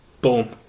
boom